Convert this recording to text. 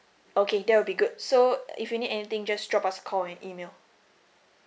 okay that will be good so uh if you need anything just drop us call an email